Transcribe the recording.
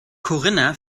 corinna